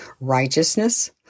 Righteousness